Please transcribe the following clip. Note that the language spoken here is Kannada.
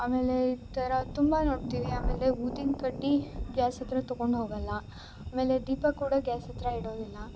ಆಮೇಲೆ ಈ ಥರ ತುಂಬ ನೋಡ್ತಿವಿ ಆಮೇಲೆ ಊದಿನ ಕಡ್ಡಿ ಗ್ಯಾಸ್ ಹತ್ತಿರ ತಗೊಂಡು ಹೋಗೊಲ್ಲ ಆಮೇಲೆ ದೀಪ ಕೂಡ ಗ್ಯಾಸ್ ಹತ್ತಿರ ಇಡೋದಿಲ್ಲ